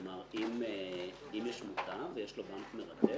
כלומר, אם יש מוטב ויש לו בנק מרכז,